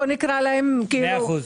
בוא נקרא להם כך.